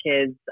kids